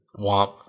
Womp